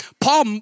Paul